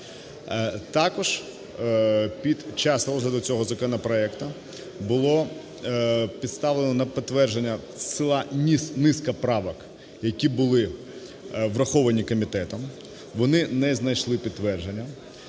Також під час розгляду цього законопроекту було поставлено на підтвердження ціла низка правок, які були враховані комітетом, вони не знайшли підтвердження.